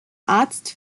arzt